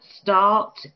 start